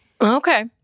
Okay